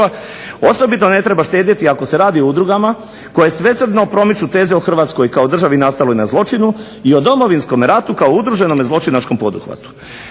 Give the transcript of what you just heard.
osobito ne treba štedjeti ako se radi o udrugama koje svesrdno promiču teze o Hrvatskoj kao državi nastaloj na zločinu i o Domovinskom ratu kao udruženom zločinačkom poduhvatu.